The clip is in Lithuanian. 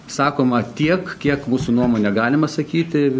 sakoma tiek kiek mūsų nuomone galima sakyti